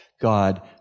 God